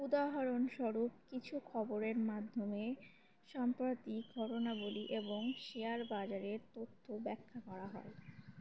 উদাহরণস্বরূপ কিছু খবরের মাধ্যমে সম্প্রাতিক গুণাবলী এবং শেয়ার বাজারের তথ্য ব্যাখ্যা করা হয়